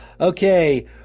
Okay